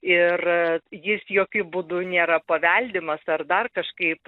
ir jis jokiu būdu nėra paveldimas ar dar kažkaip